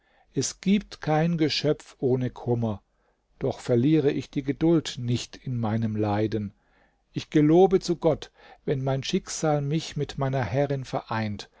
es gibt kein geschöpf ohne kummer doch verliere ich die geduld nicht in meinem leiden ich gelobe zu gott wenn mein schicksal mich mit meiner herrin vereint